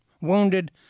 wounded